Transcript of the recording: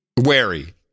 wary